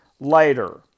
Later